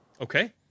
Okay